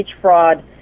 fraud